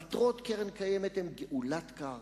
מטרות קרן קיימת הן גאולת קרקע,